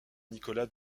nicolas